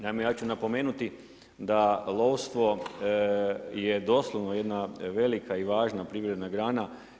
Naime, ja ću napomenuti da lovstvo je doslovno jedna velika i važna privredna grana.